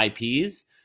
IPs